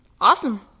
Awesome